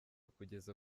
kugeza